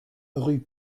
rue